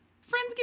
Friends